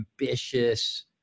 ambitious